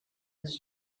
was